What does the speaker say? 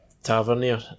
Tavernier